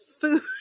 food